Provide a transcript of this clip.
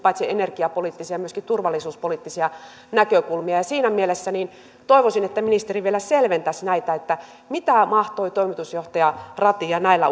paitsi energiapoliittisia myöskin turvallisuuspoliittisia näkökulmia siinä mielessä toivoisin että ministeri selventäisi näitä mitä mahtoi hallituksen puheenjohtaja ratia näillä